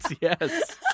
Yes